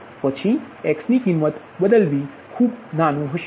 પછી x ની કિંમત બદલવી ખૂબ નાનું હશે